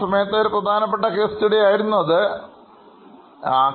ആ സമയത്തെ ഒരു പ്രധാനപ്പെട്ട കേസ് സ്റ്റഡി ആണ്